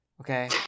Okay